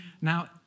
Now